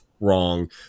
wrong